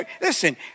listen